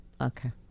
Okay